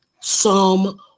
Psalm